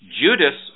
Judas